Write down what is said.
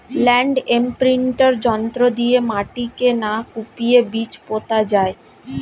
land imprinter যন্ত্র দিয়ে মাটিকে না কুপিয়ে বীজ পোতা যায়